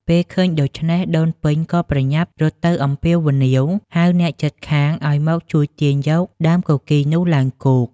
ពេលឃើញដូច្នេះ ដូនពេញក៏ប្រញាប់រត់ទៅអំពាវនាវហៅអ្នកជិតខាងឲ្យមកជួយទាញយកដើមគគីរនោះឡើងគោក។